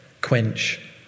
quench